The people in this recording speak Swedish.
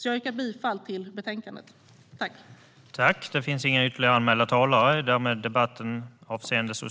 Jag yrkar bifall till utskottets förslag.